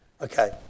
Okay